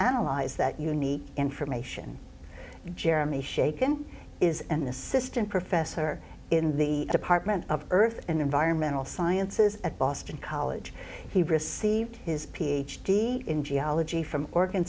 analyze that unique information jeremy shaken is an assistant professor in the department of earth and environmental sciences at boston college he received his ph d in geology from oregon